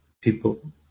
people